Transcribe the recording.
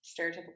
stereotypical